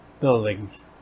buildings